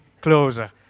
closer